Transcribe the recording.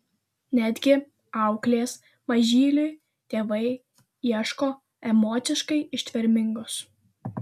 netgi auklės mažyliui tėvai ieško emociškai ištvermingos